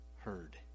heard